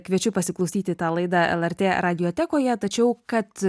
kviečiu pasiklausyti tą laidą lrt radiotekoje tačiau kad